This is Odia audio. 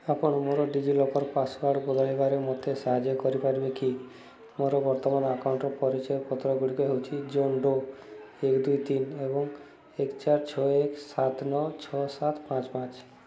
ଆପଣ ମୋର ଡିଜିଲକର୍ ପାସୱାର୍ଡ଼୍ ବଦଳାଇବାରେ ମୋତେ ସାହାଯ୍ୟ କରିପାରିବେ କି ମୋର ବର୍ତ୍ତମାନ ଆକାଉଣ୍ଟ୍ର ପରିଚୟପତ୍ରଗୁଡ଼ିକ ହେଉଛି ଜନ୍ ଡ଼ୋ ଏକେ ଦୁଇ ତିନି ଏବଂ ଏକେ ଚାରି ଛଅ ଏକ ସାତ ନଅ ଛଅ ସାତ ପାଞ୍ଚ ପାଞ୍ଚ